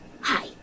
Hi